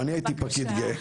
גם אני הייתי פקיד גאה.